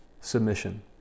submission